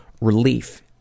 relief